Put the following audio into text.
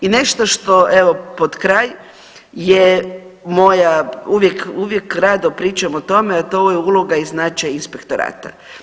I nešto što evo pod kraj je moja uvijek, uvijek rado pričam o tome, a to je uloga i značaj inspektorata.